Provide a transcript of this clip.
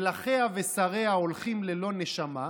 מלכיה ושריה הולכים ללא נשמה.